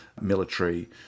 military